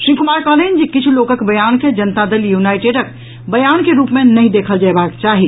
श्री कुमार कहलनि जे किछु लोकक बयान के जनता दल यूनाईटेडक बयान के रूप मे नहि देखल जयबाक चाही